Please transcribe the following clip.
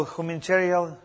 humanitarian